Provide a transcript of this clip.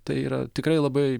tai yra tikrai labai